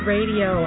Radio